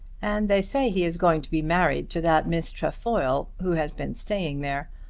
and they say he is going to be married to that miss trefoil who has been staying there.